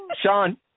Sean